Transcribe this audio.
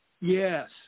Yes